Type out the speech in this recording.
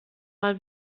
mal